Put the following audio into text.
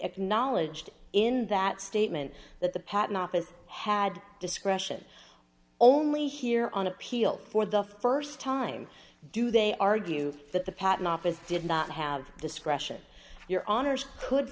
acknowledged in that statement that the patent office had discretion only here on appeal for the st time do they argue that the patent office did not have discretion your honour's could